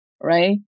right